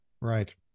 right